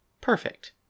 Perfect